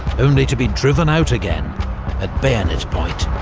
only to be driven out again at bayonet point.